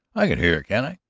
i can hear, can't i?